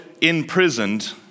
imprisoned